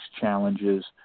challenges